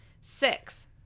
six